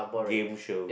game shows